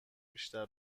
بیشتر